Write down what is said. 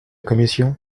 commission